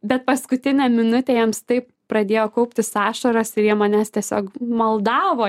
bet paskutinę minutę jiems taip pradėjo kauptis ašaros ir jie manęs tiesiog maldavo